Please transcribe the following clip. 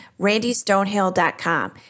randystonehill.com